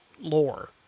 lore